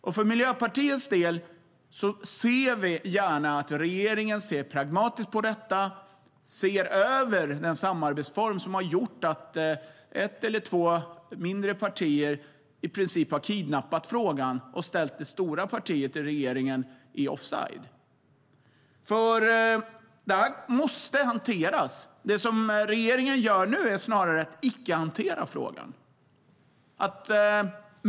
Vi i Miljöpartiet ser gärna att regeringen ser pragmatiskt på detta och ser över den samarbetsform som har gjort att ett eller två mindre partier i princip har kidnappat frågan och ställt det stora partiet i regeringen offside. Detta måste nämligen hanteras. Det som regeringen nu gör är snarare att icke hantera frågan.